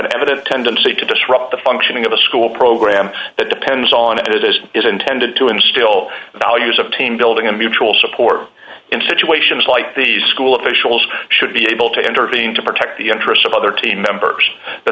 evident tendency to disrupt the functioning of a school program that depends on it as it is intended to instill values of team building and mutual support in situations like these school officials should be able to intervene to protect the interests of other team members